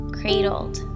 cradled